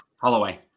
Holloway